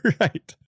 Right